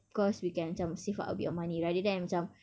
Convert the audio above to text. because we can macam save up a bit of money rather than macam